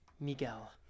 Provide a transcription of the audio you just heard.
Miguel